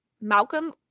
Malcolm